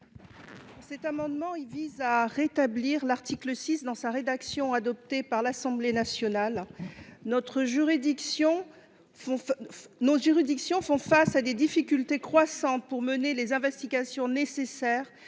Cet amendement vise à rétablir l’article 6 dans la rédaction adoptée par l’Assemblée nationale. Nos juridictions font face à des difficultés croissantes pour mener les investigations nécessaires